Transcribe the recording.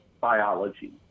biology